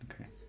Okay